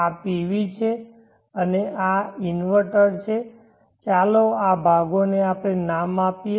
આ PV છે અને આ ઇન્વર્ટર છે ચાલો આ ભાગોને નામ આપીએ